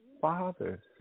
Father